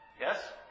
yes